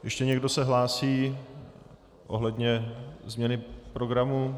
Ještě někdo se hlásí ohledně změny programu?